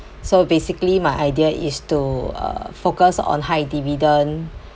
so basically my idea is to uh focus on high dividend